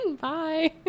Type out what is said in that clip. bye